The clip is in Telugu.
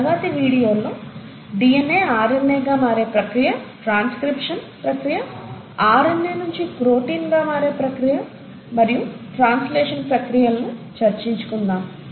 మన తరువాతి వీడియోల్లో DNA RNAగా మారే ప్రక్రియ ట్రాన్స్క్రిప్షన్ ప్రక్రియ RNA నించి ప్రోటీన్ గా మారే ప్రక్రియ మరియు ట్రాన్సలేషన్ ప్రక్రియలను చర్చించుకుందాం